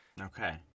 Okay